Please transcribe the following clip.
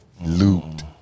Looped